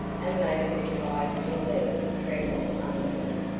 and made her tired little legs tremble under her.